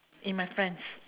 in my friends